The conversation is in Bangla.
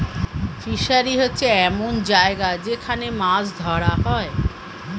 ফিশারি হচ্ছে এমন জায়গা যেখান মাছ ধরা হয়